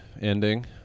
ending